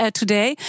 today